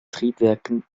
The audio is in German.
triebwerken